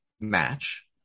match